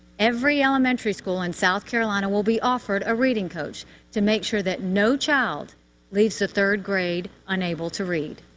every elementary school in south carolina will be offered a reading coach to make sure that no child leaves the third grade unable to read.